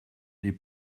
les